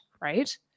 right